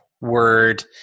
Word